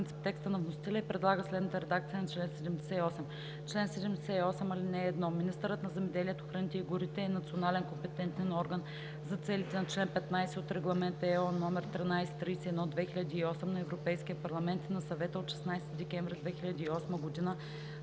принцип текста на вносителя и предлага следната редакция на чл. 78: „Чл. 78. (1) Министърът на земеделието, храните и горите е национален компетентен орган за целите на чл. 15 от Регламент (ЕО) № 1331/2008 на Европейския парламент и на Съвета от 16 декември 2008 г.